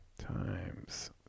times